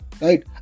right